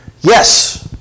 yes